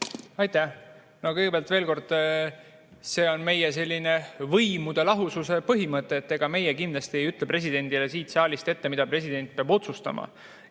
Aitäh! No kõigepealt veel kord: see on meie selline võimude lahususe põhimõte, et ega meie kindlasti ei ütle presidendile siit saalist ette, mida president peab otsustama.